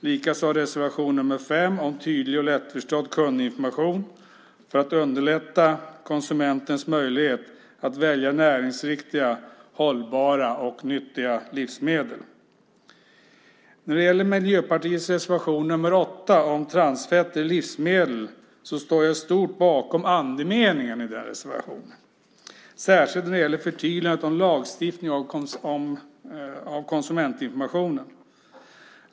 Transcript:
Likaså stöder vi reservation nr 5 om tydlig och lättförståelig kundinformation för att underlätta konsumentens möjlighet att välja näringsriktiga, hållbara och nyttiga livsmedel. När det gäller Miljöpartiets reservation nr 8 om transfetter i livsmedel står jag i stort bakom andemeningen i reservationen; särskilt gäller det förtydligandet om lagstiftning av konsumentinformationen.